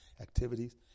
activities